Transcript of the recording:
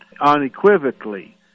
unequivocally